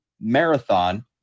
Marathon